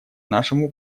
нашему